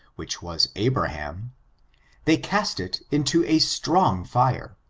which was abraham they cast it into a strong fire.